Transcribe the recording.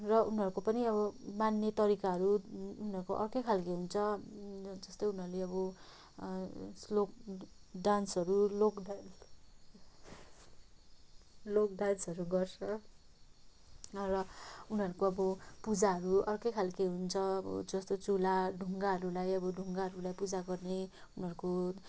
र उनीहरूको पनि अब मान्ने तरिकाहरू उनीहरूको पनि अर्कै खालको हुन्छ जस्तो उनीहरूले अब स्लोक डान्सहरू लोक डान्स लोक डान्सहरू गर्छ र उनीहरूको अब पूजाहरू अर्कै खालको हुन्छ अब जस्तो चुला ढुङ्गाहरूलाई अब ढुङ्गाहरूलाई पूजा गर्ने उनीहरूको